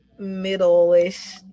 middle-ish